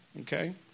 Okay